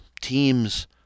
teams